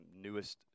newest